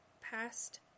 past